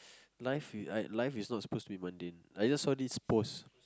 life is life is not suppose to be mundane I just saw this post